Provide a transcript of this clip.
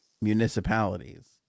municipalities